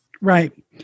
Right